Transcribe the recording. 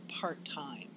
part-time